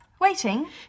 waiting